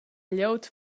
glieud